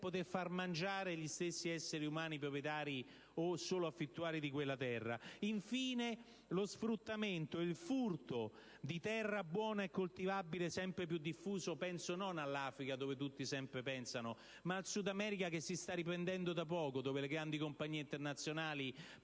poter far mangiare gli stessi esseri umani proprietari, o solo affittuari, di quella stessa terra; infine*,* lo sfruttamento e il furto di terra buona e coltivabile, sempre più diffuso. Penso non all'Africa, a cui tutti pensano sempre, ma al Sud America, che si sta riprendendo da poco, dove le grandi compagnie internazionali